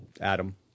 Adam